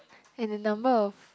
and the number of